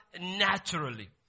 naturally